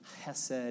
hesed